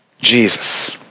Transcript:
Jesus